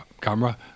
camera